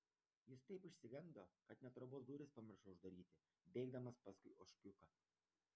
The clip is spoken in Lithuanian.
jis taip išsigando kad net trobos duris pamiršo uždaryti bėgdamas paskui ožkiuką